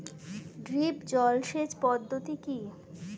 Drip জল সেচ পদ্ধতি কি?